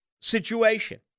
situation